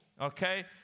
okay